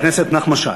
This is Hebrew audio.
חבר הכנסת נחמן שי.